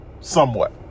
Somewhat